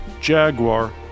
Jaguar